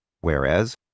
Whereas